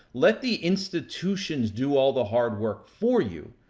let the institutions do all the hard work for you.